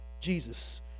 Jesus